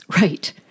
Right